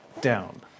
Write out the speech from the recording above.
down